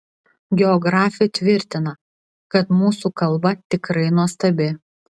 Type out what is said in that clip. geografė tvirtina kad mūsų kalba tikrai nuostabi